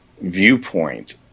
viewpoint